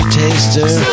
taster